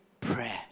prayer